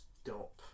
stop